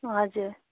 हजुर